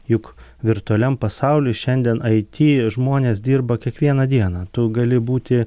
juk virtualiam pasauliui šiandien it žmonės dirba kiekvieną dieną tu gali būti